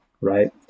right